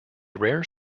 rare